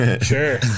Sure